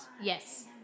Yes